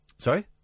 Sorry